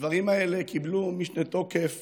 הדברים האלה קיבלו משנה תוקף